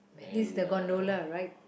and uh